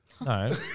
No